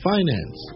Finance